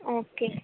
okay